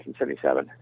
1977